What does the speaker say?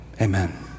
Amen